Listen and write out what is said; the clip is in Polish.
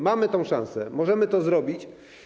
Mamy tę szansę, możemy to zrobić.